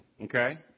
okay